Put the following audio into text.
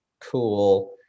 cool